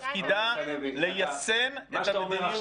תפקידה ליישם את המדיניות.